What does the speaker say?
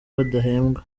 badahembwa